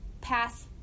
pass